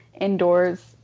indoors